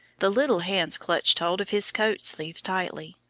the little hands clutched hold of his coat sleeve tightly,